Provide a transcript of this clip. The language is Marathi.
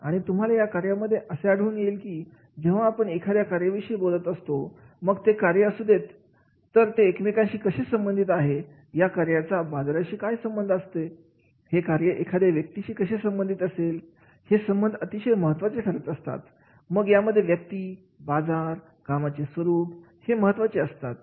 आणि तुम्हाला या कार्यामध्ये असे आढळून येईल की जेव्हा आपण एखाद्या कार्याविषयी बोलत असतो मग ते कोणते कार्य असू देत तर हे एकमेकांशी कसे संबंधित आहे या कार्याचा बाजाराशी काय संबंध असते हे कार्य एखाद्या व्यक्तीशी कसे संबंधित असेल हे संबंध अतिशय महत्त्वाचे ठरत असतात मग यामध्ये व्यक्ती बाजार कामाचे स्वरूप हे महत्त्वाचे असतात